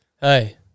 Hey